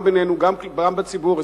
גם בינינו וגם בציבור,